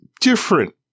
different